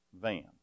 van